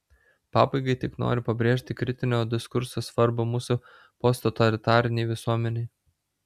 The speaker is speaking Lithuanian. pabaigai tik noriu pabrėžti kritinio diskurso svarbą mūsų posttotalitarinei visuomenei